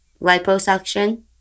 liposuction